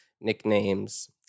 nicknames